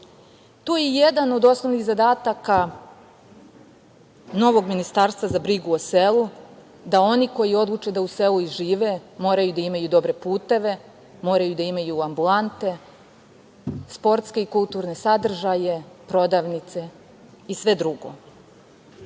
To je jedan od osnovnih zadataka novog Ministarstva za brigu o selu, da oni koji odluče da u selu žive, moraju da imaju dobre puteve, moraju da imaju ambulante, sportske i kulturne sadržaje, prodavnice i sve